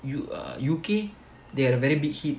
U ah U_K they are very big hit